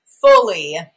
fully